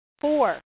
Four